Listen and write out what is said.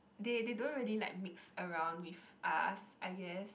they they don't really like mix around with us I guess